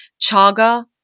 chaga